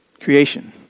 Creation